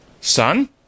Son